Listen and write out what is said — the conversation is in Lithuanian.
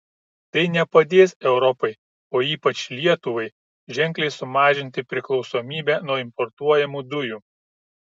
tai nepadės europai o ypač lietuvai ženkliai sumažinti priklausomybę nuo importuojamų dujų